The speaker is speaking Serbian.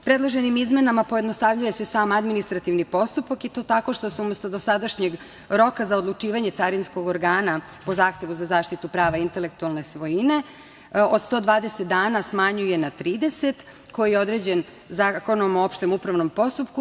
Predloženim izmenama pojednostavljuje se sam administrativni postupak, i to tako što se umesto dosadašnjeg roka za odlučivanje carinskog organa po zahtevu za zaštitu prava intelektualne svojine od 120 dana smanjuje na 30, koji je određen Zakonom o opštem upravnom postupku.